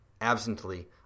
Absently